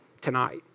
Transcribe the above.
tonight